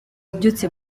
abyutse